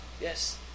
Yes